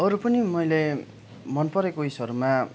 अरू पनि मैले मन परेको ऊ यसहरूमा